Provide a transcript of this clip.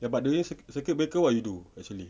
ya but during circuit circuit breaker what you do actually